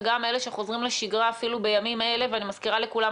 וגם אלה שחוזרים לשגרה אפילו בימים אלה ואני מזכירה לכולם,